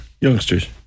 youngsters